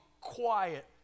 quiet